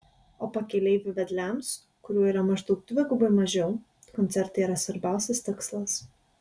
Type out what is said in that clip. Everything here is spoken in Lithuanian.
o pakeleivių vedliams kurių yra maždaug dvigubai mažiau koncertai yra svarbiausias tikslas